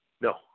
No